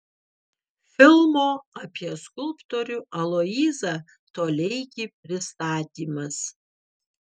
filmo apie skulptorių aloyzą toleikį pristatymas